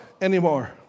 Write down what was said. anymore